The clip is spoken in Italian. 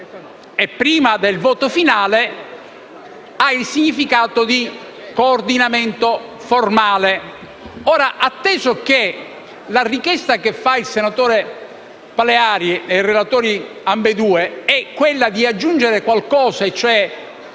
prima del voto finale, ha il significato di coordinamento formale.